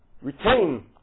retain